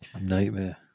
Nightmare